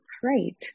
Great